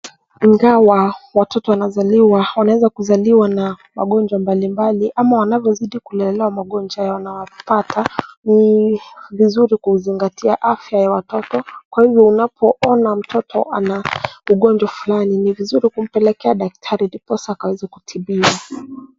Ingawa watoto wanazaliwa wanaweza kuzaliwa na magonjwa mbali mbali ama wanavyozidi kulelewa magonjwa yanawapata ni vizuri kuzingatia afya ya watoto kwa hivyo unapoona mtoto ana ugonjwa fulani ni vizuri kumpelekea daktari ndiposa akaweze kutibiwa.